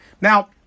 Now